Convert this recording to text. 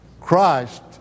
Christ